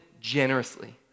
generously